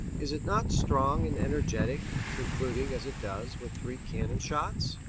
is it not strong and energetic, concluding, as it does, with three cannon shots?